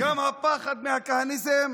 גם הפחד מהכהניזם,